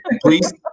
Please